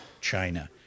China